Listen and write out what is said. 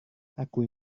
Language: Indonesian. aku